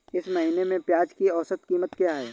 इस महीने में प्याज की औसत कीमत क्या है?